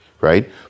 right